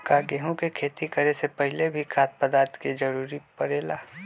का गेहूं के खेती करे से पहले भी खाद्य पदार्थ के जरूरी परे ले?